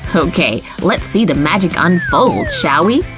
okay, let's see the magic unfold, shall we?